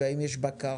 והאם יש בקרה